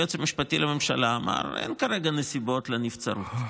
היועץ המשפטי לממשלה אמר שאין כרגע נסיבות לנבצרות.